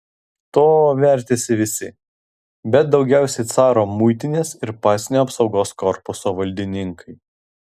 tuo vertėsi visi bet daugiausiai caro muitinės ir pasienio apsaugos korpuso valdininkai